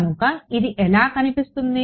కనుక ఇది ఎలా కనిపిస్తుంది